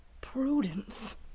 Prudence